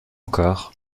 encore